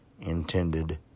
intended